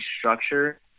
structure